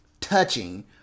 touching